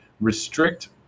restrict